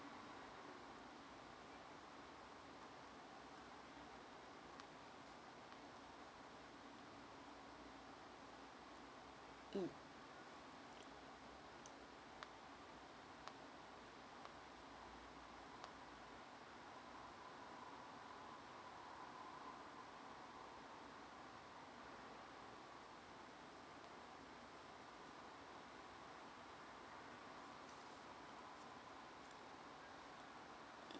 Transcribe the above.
mm